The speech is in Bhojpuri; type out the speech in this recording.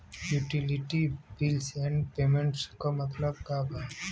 यूटिलिटी बिल्स एण्ड पेमेंटस क मतलब का बा?